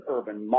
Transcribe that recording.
Urban